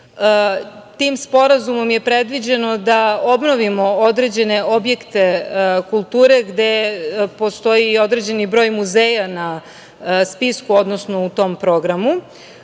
Tim sporazumom je predviđeno da obnovimo određene objekte kulture gde postoji određeni broj muzeja na spisku, odnosno u tom programu.